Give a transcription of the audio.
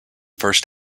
first